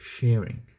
sharing